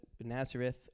Nazareth